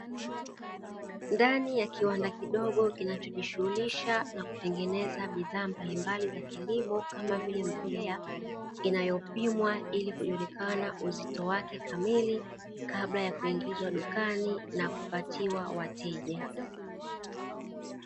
Ndani ya kiwanda kidogo kinachojishughulisha na kutengeneza bidhaa mbalimbali za kilimo kama vile; mbolea inayopimwa ili kujulikana uzito wake kamili kabla ya kuingizwa dukani na kupatiwa wateja.